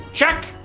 check!